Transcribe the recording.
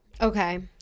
Okay